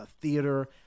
theater